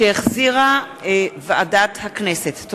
שהחזירה ועדת החוץ והביטחון.